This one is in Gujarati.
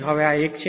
હવે આ એક છે